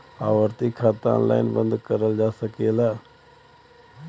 आवर्ती खाता ऑनलाइन बन्द करल जा सकत ह का?